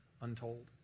untold